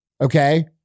okay